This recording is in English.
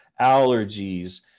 allergies